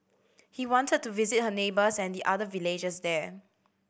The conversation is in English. he wanted to visit her neighbours and the other villagers there